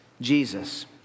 Jesus